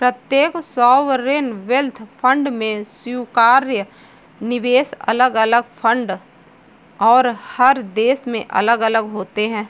प्रत्येक sovereign wealth fund में स्वीकार्य निवेश अलग अलग फंड और हर देश में अलग अलग होते हैं